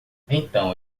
então